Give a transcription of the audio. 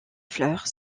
fleurs